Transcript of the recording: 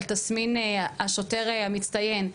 על תסמין השוטר המצטיין.